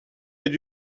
est